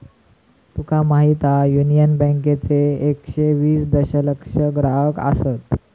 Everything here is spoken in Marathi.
तुका माहीत हा, युनियन बँकेचे एकशे वीस दशलक्ष ग्राहक आसत